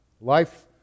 life